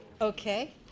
Okay